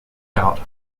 out